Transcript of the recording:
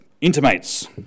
intimates